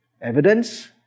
Evidence